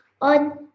on